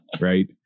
right